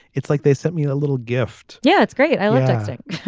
it's like they sent me a little gift yeah it's great. i love texting.